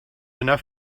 enough